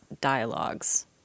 dialogues